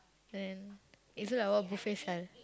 then is it like what buffet style